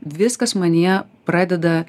viskas manyje pradeda